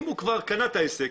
אם הוא כבר קנה את העסק,